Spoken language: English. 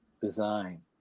design